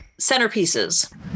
Centerpieces